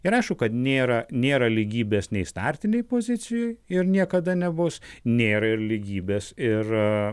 ir aišku kad nėra nėra lygybės nei startinėj pozicijoj ir niekada nebus nėra ir lygybės ir